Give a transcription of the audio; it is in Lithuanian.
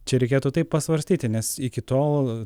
čia reikėtų taip pasvarstyti nes iki tol